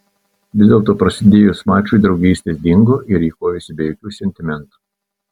vis dėlto prasidėjus mačui draugystės dingo ir ji kovėsi be jokių sentimentų